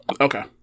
Okay